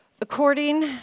According